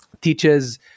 teaches